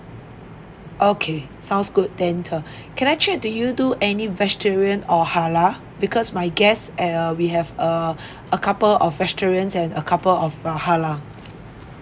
okay sounds good then the can I check do you do any vegetarian or halal because my guest uh we have a a couple of vegetarian and a couple of uh halal